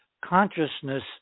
consciousness